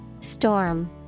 Storm